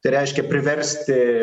tai reiškia priversti